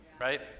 Right